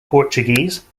portuguese